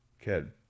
kid